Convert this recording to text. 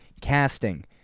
casting